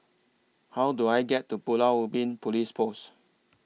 How Do I get to Pulau Ubin Police Post